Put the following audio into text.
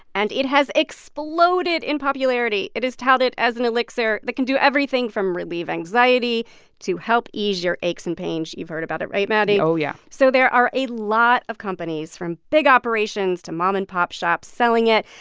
and it has exploded in popularity. it is touted as an elixir that can do everything from relieve anxiety to help ease your aches and pains. you've heard about it. right, maddie? oh, yeah so there are a lot of companies, from big operations to mom and pop shops, selling it.